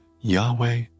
Yahweh